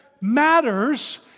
matters